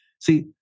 See